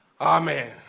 Amen